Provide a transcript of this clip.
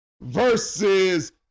versus